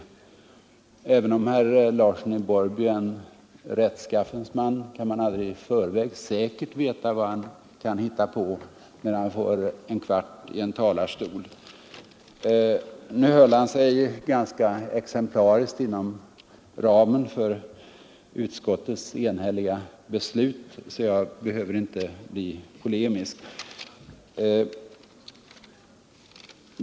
Även om herr Larsson i Borrby är en rättskaffens man, kan man inte i förväg säkert veta vad han hittar på när han får en kvart i en talarstol. Nu höll han sig ganska exemplariskt inom ramen för utskottets enhälliga beslut, så jag behöver inte bli polemisk.